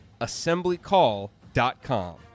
assemblycall.com